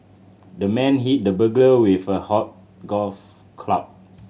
the man hit the burglar with a hot golf club